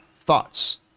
thoughts